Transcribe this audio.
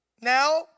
Now